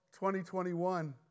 2021